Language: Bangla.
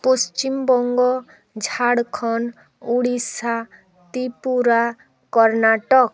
পশ্চিমবঙ্গ ঝাড়খণ্ড উড়িষ্যা ত্রিপুরা কর্ণাটক